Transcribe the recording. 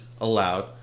allowed